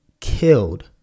killed